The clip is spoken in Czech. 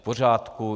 V pořádku.